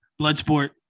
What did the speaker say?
Bloodsport